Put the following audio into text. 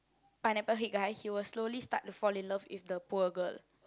Pineapple Head guy he was slowly start to fall in love with the poor girl